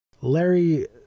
Larry